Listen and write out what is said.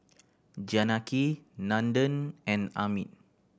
Janaki Nandan and Amit